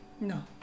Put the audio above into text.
No